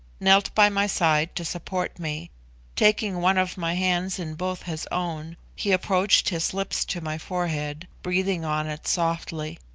knelt by my side to support me taking one of my hands in both his own, he approached his lips to my forehead, breathing on it softly.